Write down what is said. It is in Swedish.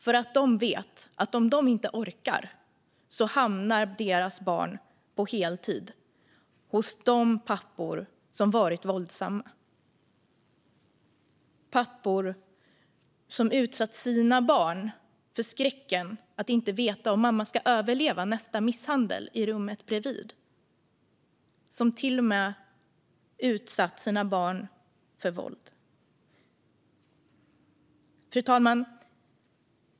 För de vet att om de inte orkar hamnar deras barn på heltid hos de pappor som har varit våldsamma. Det är pappor som har utsatt sina barn för skräcken att inte veta om mamma ska överleva nästa misshandel i rummet bredvid och som till och med har utsatt sina barn för våld. Fru talman!